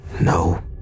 No